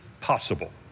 possible